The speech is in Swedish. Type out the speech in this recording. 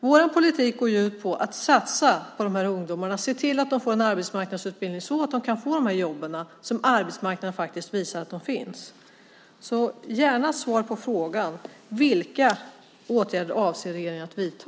Vår politik går ut på att satsa på de här ungdomarna, att se till att de får en arbetsmarknadsutbildning så att de kan få de jobb som arbetsmarknaden faktiskt visar finns. Jag vill gärna ha svar på frågan: Vilka åtgärder avser regeringen att vidta?